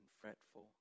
fretful